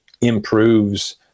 improves